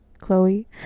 chloe